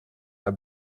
are